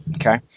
Okay